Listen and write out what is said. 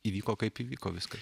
įvyko kaip įvyko viskas